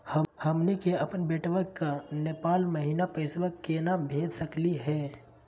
हमनी के अपन बेटवा क नेपाल महिना पैसवा केना भेज सकली हे?